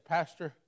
Pastor